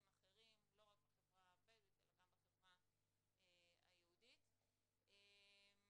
בשנה שעברה בחברה הערבית בכלל מגיל 15 עד 24,